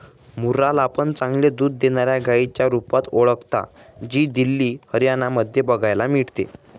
मुर्रा ला पण चांगले दूध देणाऱ्या गाईच्या रुपात ओळखता, जी दिल्ली, हरियाणा मध्ये बघायला मिळते